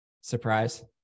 Surprise